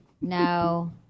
No